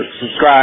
subscribe